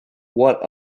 what